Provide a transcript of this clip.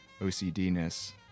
OCD-ness